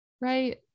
Right